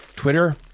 Twitter